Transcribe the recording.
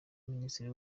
minisiteri